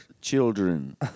children